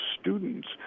students